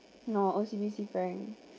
no O_C_B_C bank